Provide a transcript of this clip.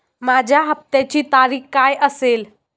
माझ्या हप्त्याची तारीख काय असेल?